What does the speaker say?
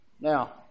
Now